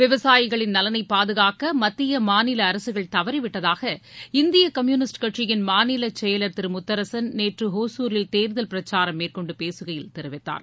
விவசாயிகளின் நலனை பாதுகாக்க மத்திய மாநில அரசுகள் தவறிவிட்டதாக இந்திய கம்யூனிஸ்ட் கட்சியின் மாநில செயலர் திரு முத்தரசன் நேற்று ஒசூரில் தேர்தல் பிரச்சாரம் மேற்கொண்டு பேசுகையில் தெரிவித்தார்